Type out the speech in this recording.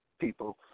people